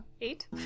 Eight